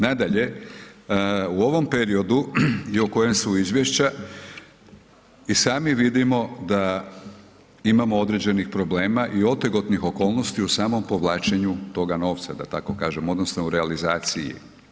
Nadalje, u ovom periodu i o kojem su izvješća, i sami vidimo da imamo određenih problema i otegnutih okolnosti u samom povlačenju toga novca da tako kažemo odnosno u realizaciji.